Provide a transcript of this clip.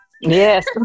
Yes